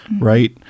right